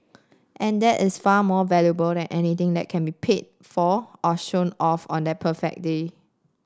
and that is far more valuable than anything that can be paid for or shown off on that perfect day